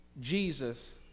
Jesus